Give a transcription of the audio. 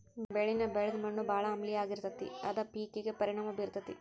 ಬೆಳಿನ ಬೆಳದ ಮಣ್ಣು ಬಾಳ ಆಮ್ಲೇಯ ಆಗಿರತತಿ ಅದ ಪೇಕಿಗೆ ಪರಿಣಾಮಾ ಬೇರತತಿ